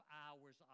hours